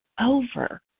over